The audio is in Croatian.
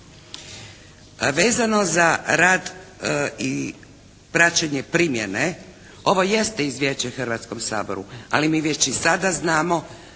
Vezano za rad i praćenje primjene, ovo jeste izvješće Hrvatskom saboru. Ali mi već i sada znamo,